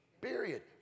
period